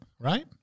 Right